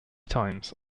times